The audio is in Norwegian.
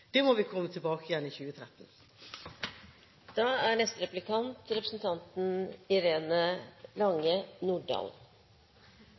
Det må vi komme tilbake til i 2013.